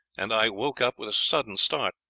and i woke up with a sudden start.